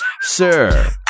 Sir